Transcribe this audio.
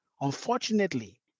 Unfortunately